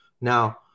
Now